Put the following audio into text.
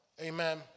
Amen